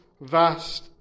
vast